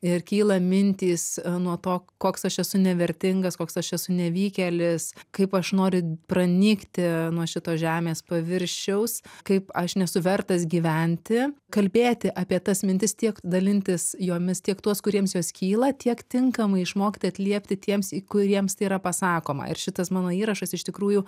ir kyla mintys nuo to koks aš esu nevertingas koks aš esu nevykėlis kaip aš noriu pranykti nuo šito žemės paviršiaus kaip aš nesu vertas gyventi kalbėti apie tas mintis tiek dalintis jomis tiek tuos kuriems jos kyla tiek tinkamai išmokti atliepti tiems kuriems tai yra pasakoma ir šitas mano įrašas iš tikrųjų